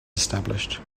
established